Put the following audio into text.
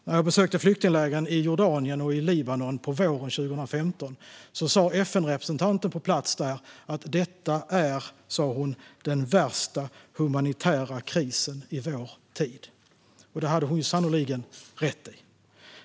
När jag besökte flyktinglägren i Jordanien och i Libanon på våren 2015 sa FN-representanten på plats att detta var den värsta humanitära krisen i vår tid. Det hade hon sannerligen rätt i.